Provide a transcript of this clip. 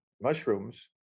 mushrooms